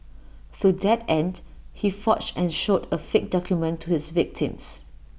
to that end he forged and showed A fake document to his victims